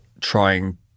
trying